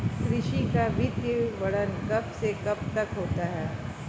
कृषि का वित्तीय वर्ष कब से कब तक होता है?